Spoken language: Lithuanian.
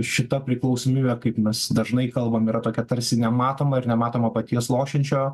šita priklausomybė kaip mes dažnai kalbam yra tokia tarsi nematoma ir nematoma paties lošiančio